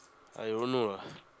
I don't know ah